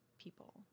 people